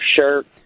shirt